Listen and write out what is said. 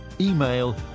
email